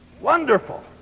wonderful